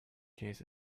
case